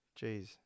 Jeez